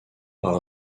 par